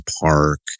park